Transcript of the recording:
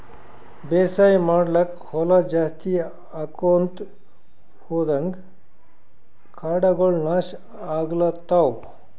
ಬೇಸಾಯ್ ಮಾಡ್ಲಾಕ್ಕ್ ಹೊಲಾ ಜಾಸ್ತಿ ಆಕೊಂತ್ ಹೊದಂಗ್ ಕಾಡಗೋಳ್ ನಾಶ್ ಆಗ್ಲತವ್